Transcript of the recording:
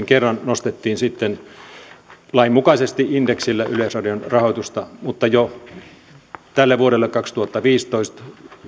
kerran voimaan nostettiin sitten lain mukaisesti indeksillä yleisradion rahoitusta mutta jo tälle vuodelle kaksituhattaviisitoista